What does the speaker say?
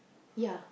ya